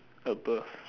above